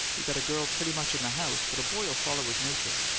you got a girl pretty much in the house, but a boy'll follow his nature.